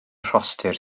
rhostir